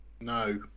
no